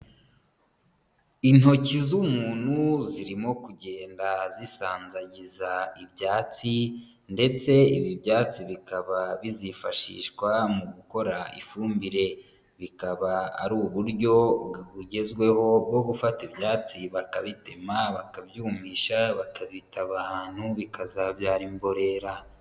Intoki z'umuntu zirimo kugenda zikandagiza ibyatsi ndetse ibi byatsi bikaba bizifashishwa mu gukora ifumbire. Bikaba ari uburyo bugezweho bwo gufata ibyatsi bakabitema, bakabyumvisha, bakabitaba ahantu bikazabyara imborera.